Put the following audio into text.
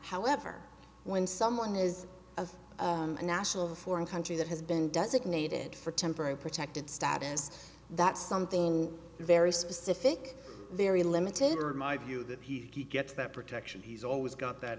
however when someone is a national for a country that has been designated for temporary protected status that's something very specific very limited or in my view that he gets that protection he's always got that